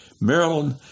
Maryland